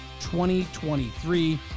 2023